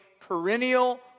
perennial